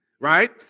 right